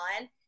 on